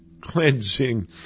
cleansing